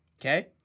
Okay